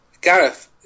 Gareth